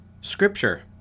Scripture